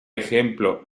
ejemplo